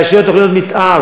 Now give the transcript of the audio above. לאשר תוכניות מתאר.